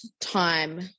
time